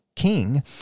king